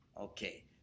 Okay